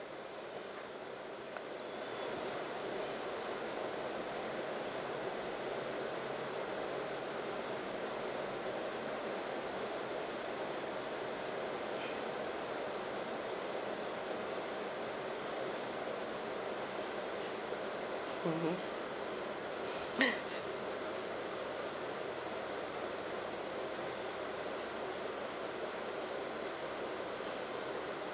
mmhmm